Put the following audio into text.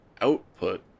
output